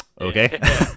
Okay